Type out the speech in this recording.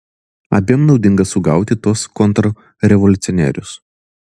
abiem naudinga sugauti tuos kontrrevoliucionierius